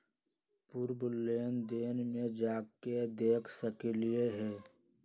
पूर्व लेन देन में जाके देखसकली ह?